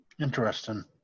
Interesting